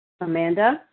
Amanda